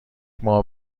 ماه